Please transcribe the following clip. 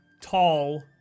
tall